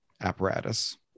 apparatus